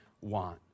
want